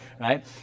right